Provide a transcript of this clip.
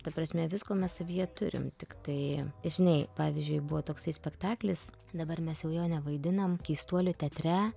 ta prasme visko mes savyje turim tiktai žinai pavyzdžiui buvo toksai spektaklis dabar mes jau jo nevaidinam keistuolių teatre